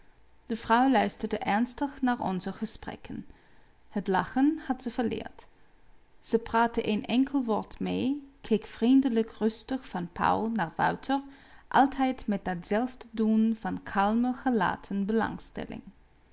de vrouw luisterde ernstig naar onze gesprekken het lachen had ze verleerd ze praatte een enkel woord mee keek vriendelijk rustig van pauw naar wouter altijd met datzelfde doen van kalme gelaten belangstelling